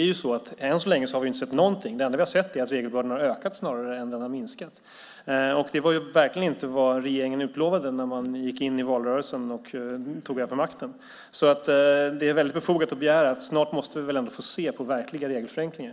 Än så länge har vi inte sett någonting. Det enda vi har sett är att regelbördan har ökat snarare än minskat. Det var verkligen inte vad alliansen utlovade när den gick in i valrörelsen och tog över makten. Det är väldigt befogat att begära att vi snart måste få se verkliga regelförenklingar.